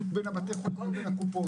נריה, כמה את אמרת שזה?